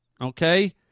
Okay